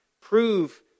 prove